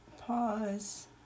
pause